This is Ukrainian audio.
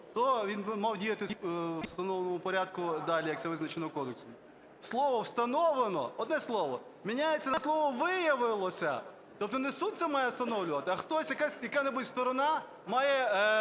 то він мав діяти у встановленому порядку далі, як це визначено в кодексі. Слово "встановлено", одне слово, міняється на слово "виявилося". Тобто не суд це має встановлювати, а хтось, яка-небудь сторона має